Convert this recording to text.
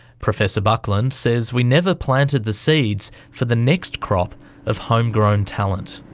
professor buckland says we never planted the seeds for the next crop of homegrown talent.